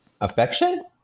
Affection